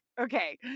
okay